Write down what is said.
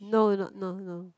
no not no no